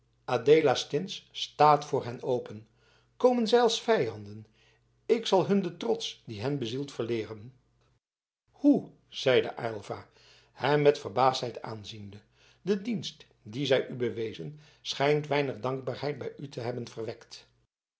adeelastins staat voor hen open komen zij als vijanden ik zal hun den trots die hen bezielt verleeren hoe zeide aylva hem met verbaasdheid aanziende de dienst dien zij u bewezen schijnt weinig dankbaarheid bij u te hebben